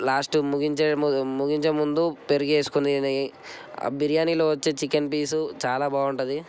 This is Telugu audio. లాస్ట్కి ముగించే ముగించే ముందు పెరుగు వేసుకుని బిర్యానీలో వచ్చే చికెన్ పీసు చాలా బాగుంటుంది